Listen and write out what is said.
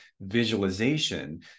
visualization